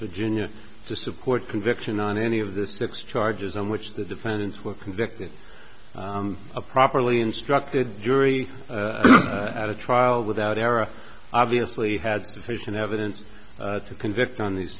virginia to support conviction on any of the six charges on which the defendants were convicted properly instructed jury at a trial without error obviously had sufficient evidence to convict on these